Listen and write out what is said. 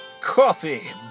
coffee